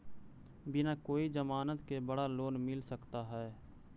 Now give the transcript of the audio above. बिना कोई जमानत के बड़ा लोन मिल सकता है?